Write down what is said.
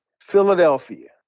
Philadelphia